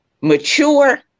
mature